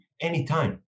anytime